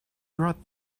right